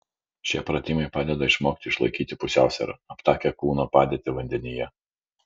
šie pratimai padeda išmokti išlaikyti pusiausvyrą aptakią kūno padėtį vandenyje